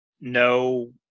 no